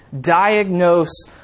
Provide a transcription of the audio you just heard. diagnose